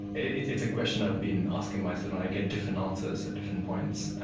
it's a question i've been asking myself, and i get different answers at different points.